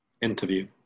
interview